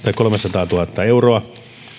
kolmesataatuhatta euroa